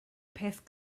peth